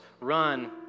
run